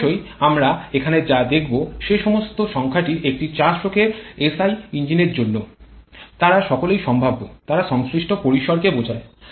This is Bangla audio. অবশ্যই আমরা এখানে যা দেখাব সে সমস্ত সংখ্যায় একটি ৪ স্ট্রোকের এসআই ইঞ্জিনর জন্য তারা সকলেই সম্ভাব্য তারা সংশ্লিষ্ট পরিসর কে বোঝায়